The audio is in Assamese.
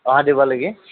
অহা দেওবাৰলৈকে